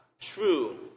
true